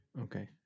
Okay